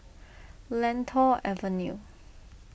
Lentor Avenue